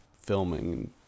filming